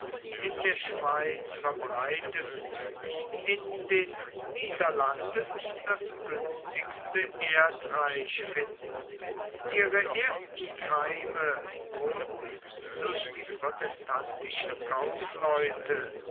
in der schweiz verbreiteten in den niederlanden das günstigste erdreich finden ihre ersten keime wurden durch die protestantischen kaufleute